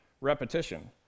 repetition